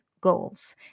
goals